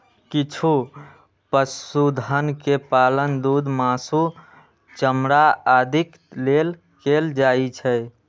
किछु पशुधन के पालन दूध, मासु, चमड़ा आदिक लेल कैल जाइ छै